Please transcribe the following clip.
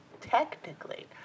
technically